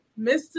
Mr